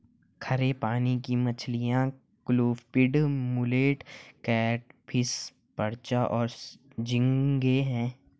खारे पानी की मछलियाँ क्लूपीड, मुलेट, कैटफ़िश, पर्च और झींगे हैं